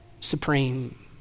supreme